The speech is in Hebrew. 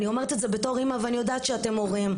אני אומרת את זה בתור אמא ואני יודעת שאתם הורים.